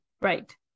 Right